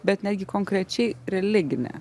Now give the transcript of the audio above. bet netgi konkrečiai religinę